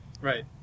Right